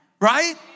Right